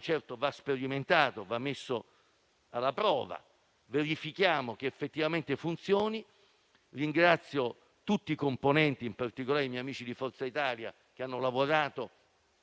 certo va sperimentato e va messo alla prova; verifichiamo che effettivamente funzioni. Ringrazio tutti i colleghi, in particolare i miei amici di Forza Italia, che hanno collaborato